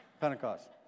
Pentecost